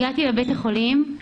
הגעתי לבית-חולים.